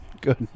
good